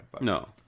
No